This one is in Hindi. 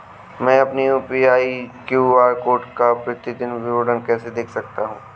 मैं अपनी यू.पी.आई क्यू.आर कोड का प्रतीदीन विवरण कैसे देख सकता हूँ?